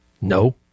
no